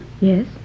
yes